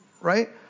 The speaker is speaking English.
right